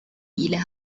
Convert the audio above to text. إلى